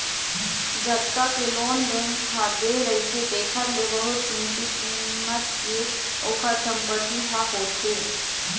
जतका के loan bank ह दे रहिथे तेखर ले बहुत कमती कीमत के ओखर संपत्ति ह होथे